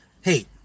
hey